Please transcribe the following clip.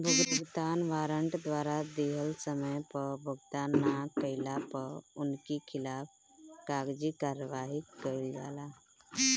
भुगतान वारंट द्वारा दिहल समय पअ भुगतान ना कइला पअ उनकी खिलाफ़ कागजी कार्यवाही कईल जाला